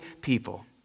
people